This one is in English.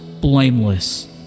blameless